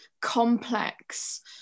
complex